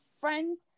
friends